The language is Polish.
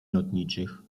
lotniczych